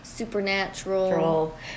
Supernatural